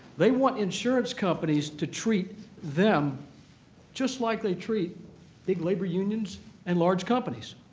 they want insurance companies to treat them just like they treat big labor unions and large companies.